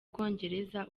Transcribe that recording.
bwongereza